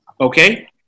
okay